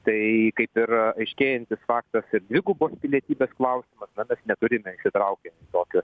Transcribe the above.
tai kaip ir aiškėjantis faktas ir dvigubos pilietybės klausimas na mes neturime įsitraukę tokio